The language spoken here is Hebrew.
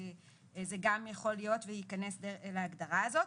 זה גם יכול להיות וייכנס להגדרה הזאת.